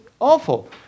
awful